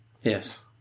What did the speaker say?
yes